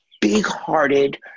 big-hearted